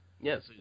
Yes